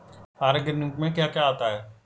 Organic में क्या क्या आता है?